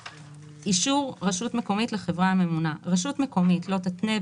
"אישור רשות מקומית לחברה הממונה 30. רשות מקומית לא תתנה,